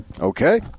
Okay